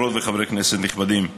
חברות וחברי כנסת נכבדים,